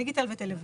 בדיגיטל ובטלוויזיה.